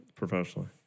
Professionally